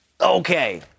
okay